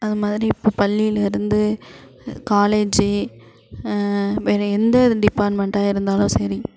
அது மாதிரி இப்போ பள்ளிலேருந்து காலேஜி வேறு எந்த டிப்பார்ட்மெண்டாக இருந்தாலும் சரி